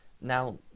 Now